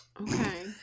Okay